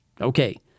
Okay